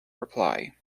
reply